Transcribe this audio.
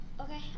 Okay